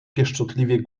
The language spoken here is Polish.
pieszczotliwie